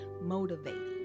motivating